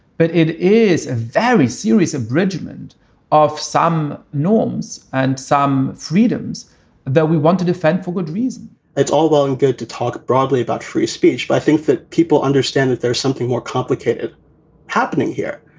but it is a very serious abridgement of some norms and some freedoms that we want to defend for good reason it's all well and good to talk broadly about free speech. but i think that people understand that there's something more complicated happening here.